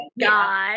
God